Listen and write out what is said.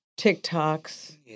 TikToks